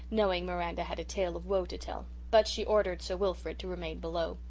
knowing miranda had a tale of woe to tell, but she ordered sir wilfrid to remain below.